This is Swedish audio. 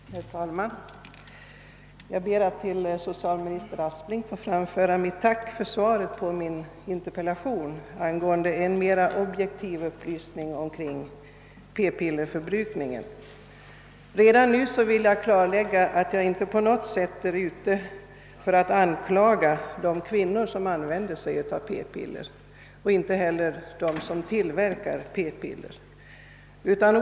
Herr talman! Jag ber att till socialminister Aspling få framföra mitt tack för svaret på min interpellation angående en mer objektiv upplysning om p-piller. Redan nu vill jag klarlägga att jag inte är ute för att anklaga de kvinnor som använder p-piller och inte heller dem som tillverkar sådana.